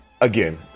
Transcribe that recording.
again